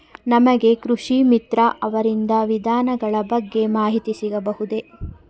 ನಮಗೆ ಕೃಷಿ ಮಿತ್ರ ಅವರಿಂದ ವಿಧಾನಗಳ ಬಗ್ಗೆ ಮಾಹಿತಿ ಸಿಗಬಹುದೇ?